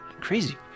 Crazy